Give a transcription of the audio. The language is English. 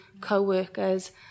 co-workers